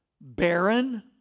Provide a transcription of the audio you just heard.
Barren